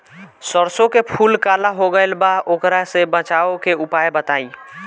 सरसों के फूल काला हो गएल बा वोकरा से बचाव के उपाय बताई?